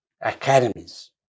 academies